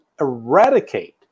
eradicate